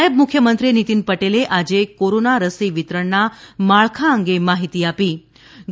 નાયબ મુખ્યમંત્રી નીતિન પટેલે આજે કોરોના રસી વિતરણના માળખા અંગે માહિતી આપી હતી